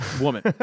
woman